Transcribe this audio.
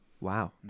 Wow